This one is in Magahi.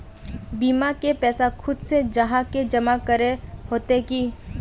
बीमा के पैसा खुद से जाहा के जमा करे होते की?